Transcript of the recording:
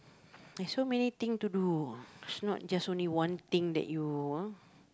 like so many thing to do it's not just only one thing that you ah